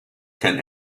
can